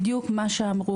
בדיוק מה שאמרו,